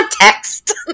context